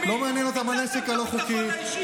ביטלתם את הביטחון האישי.